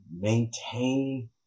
maintain